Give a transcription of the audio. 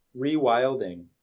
rewilding